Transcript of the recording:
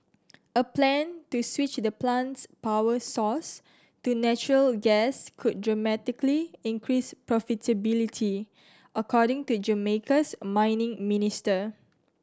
a plan to switch the plant's power source to natural gas could dramatically increase profitability according to Jamaica's mining minister